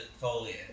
foliage